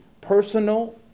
personal